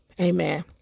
Amen